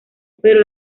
pero